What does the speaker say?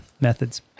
methods